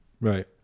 right